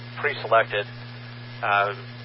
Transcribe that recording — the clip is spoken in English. pre-selected